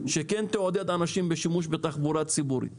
שכן תעודד אנשים בשימוש בתחבורה ציבורית